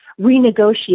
renegotiate